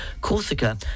Corsica